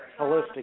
holistic